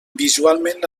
visualment